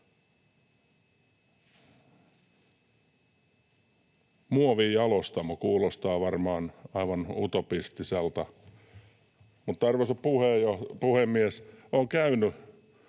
Muovijalostamo kuulostaa varmaan aivan utopistiselta, mutta, arvoisa puhemies, olen käynyt